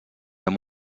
amb